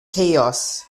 chaos